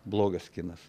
blogas kinas